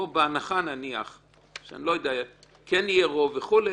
בהנחה שכן יהיה רוב וכו',